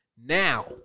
Now